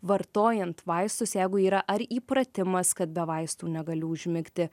vartojant vaistus jeigu yra ar įpratimas kad be vaistų negaliu užmigti